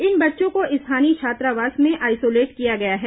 इन बच्चों को स्थानीय छात्रावास में आइसोलेट किया गया है